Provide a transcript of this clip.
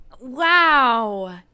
Wow